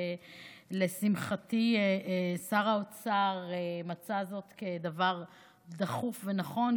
ולשמחתי שר האוצר מצא זאת כדבר דחוף ונכון,